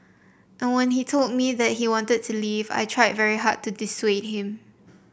and when he told me that he wanted to leave I tried very hard to dissuade him